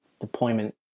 deployment